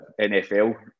NFL